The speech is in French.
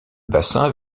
bassin